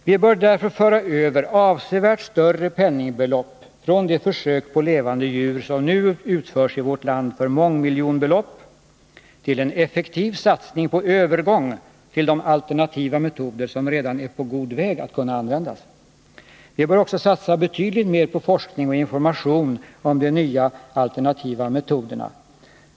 Vi bör därför föra över avsevärt större penningbelopp från de försök på levande djur som nu utförs i vårt land för mångmiljonbelopp till en effektiv satsning på övergång till de alternativa metoder som redan är på god väg att kunna användas. Vi bör också satsa betydligt mer på forskning och information om de nya alternativa metoderna.